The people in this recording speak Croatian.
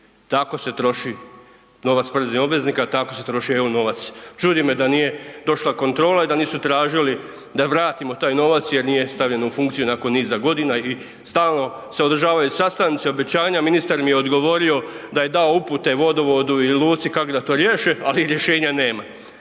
Tako se troši novac poreznih obveznika, tako se troši evo novac. Čudi me da nije došla kontrola i da nisu tražili da vratimo taj novac jer nije stavljen u funkciju nakon niza godina i stalno se održavaju sastanci, obećanja, ministar mi je odgovorio da je dao upute vodovodu i luci kako da riješe, ali rješenja nema.